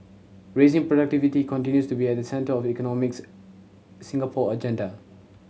raising productivity continues to be at the centre of economics Singapore agenda